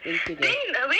thank you thank you